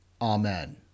Amen